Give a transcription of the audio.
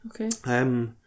okay